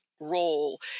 role